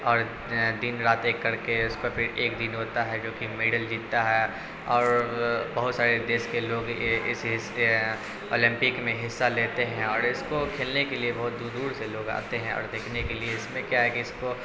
اور دن رات ایک کر کے اس کو پھر ایک دن ہوتا ہے جو کہ میڈل جیتتا ہے اور بہت سارے دیس کے لوگ اس اولمپک میں حصہ لیتے ہیں اور اس کو کھیلنے کے لیے بہت دور دور سے لوگ آتے ہیں اور دیکھنے کے لیے اس میں کیا ہے کہ اس کو